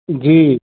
जी